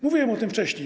Mówiłem o tym wcześniej.